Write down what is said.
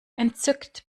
entzückt